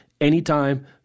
anytime